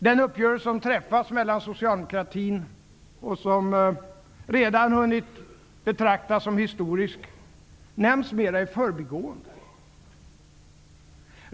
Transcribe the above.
Den uppgörelse som träffats med socialdemokratin, och som redan betraktas som historisk, nämns mera i förbigående.